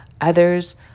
others